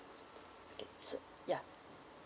okay so ya